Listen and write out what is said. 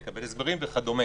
תקבל הסברים וכדו'.